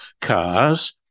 cars